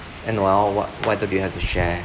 and noel what what did you have to share